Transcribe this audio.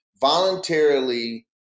voluntarily